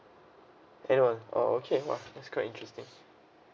annual oh okay !wah! it's quite interesting